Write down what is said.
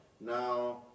Now